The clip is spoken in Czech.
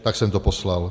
Tak jsem to poslal.